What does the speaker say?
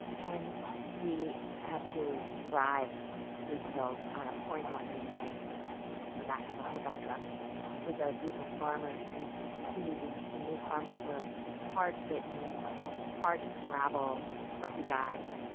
and we had to drive through the hills on a pouring down rainy day in the back of a pickup truck with a group of farmers and it was freezing and these farmers were hard-bitten and hard scrabble, scruffy guys,